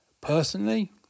Personally